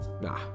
nah